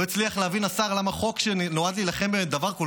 לא הצליח להבין השר למה חוק שנועד להילחם בדבר כל